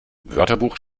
wörterbuch